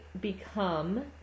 become